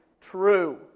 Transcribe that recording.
true